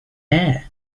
air